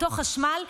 אותו חשמל,